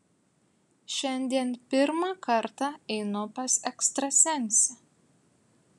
šiandien pirmą kartą einu pas ekstrasensę